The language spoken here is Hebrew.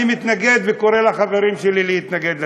אני מתנגד וקורא לחברים שלי להתנגד לתקציב.